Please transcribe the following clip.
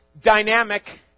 dynamic